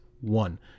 one